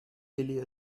mêlé